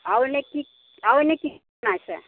আৰু এনেই কি আৰু এনেই কি বনাইছে